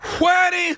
wedding